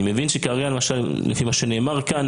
אני מבין שכרגע לפי מה שנאמר כאן,